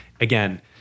again